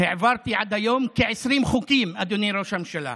העברתי עד היום כ-20 חוקים, אדוני ראש הממשלה.